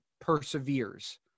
perseveres